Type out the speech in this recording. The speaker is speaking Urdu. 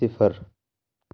صفر